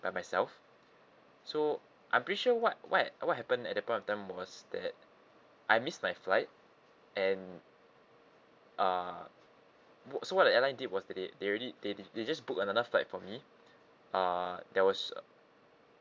by myself so I'm pretty sure what what what happened at that point of time was that I missed my flight and uh wha~ so what the airline did was they they already they they just book another flight for me uh that was